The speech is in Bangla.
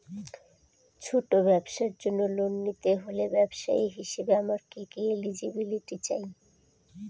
ছোট ব্যবসার জন্য লোন নিতে হলে ব্যবসায়ী হিসেবে আমার কি কি এলিজিবিলিটি চাই?